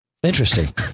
Interesting